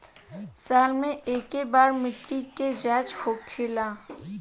साल मे केए बार मिट्टी के जाँच होखेला?